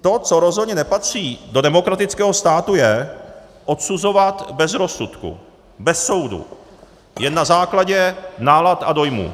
To, co rozhodně nepatří do demokratického státu, je odsuzovat bez rozsudku, bez soudu, jen na základě nálad a dojmů.